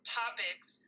topics